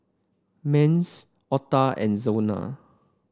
Mace Ota and Zona